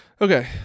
Okay